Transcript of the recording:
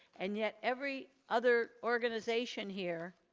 and yet every other organization here,